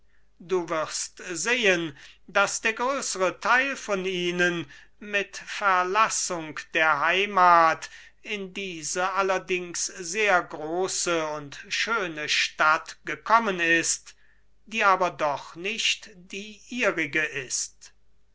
du wirst sehen daß der größere theil von ihnen mit verlassung der heimath in diese allerdings sehr große und schöne stadt gekommen ist die aber doch nicht die ihrige ist